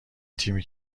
تیمی